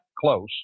close